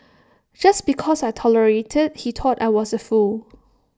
just because I tolerated he thought I was A fool